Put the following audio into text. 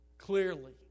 Clearly